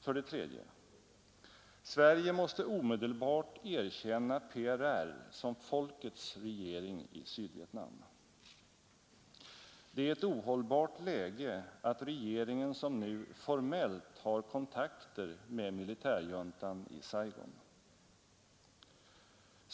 För det tredje: Sverige måste omedelbart erkänna PRR som folkets regering i Sydvietnam. Det är ett ohållbart läge att regeringen, som nu, formellt har kontakter med militärjuntan i Saigon.